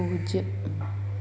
പൂജ്യം